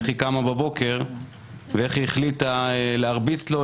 איך היא קמה בבוקר ואיך היא החליטה להרביץ לו,